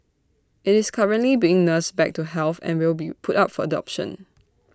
IT is currently being nursed back to health and will be put up for adoption